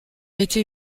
été